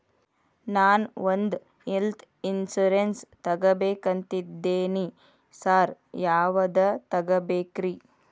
ನಾನ್ ಒಂದ್ health insurance ತಗಬೇಕಂತಿದೇನಿ sir ಯಾವದ ತಗಬೇಕ್ರಿ?